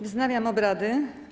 Wznawiam obrady.